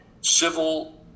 civil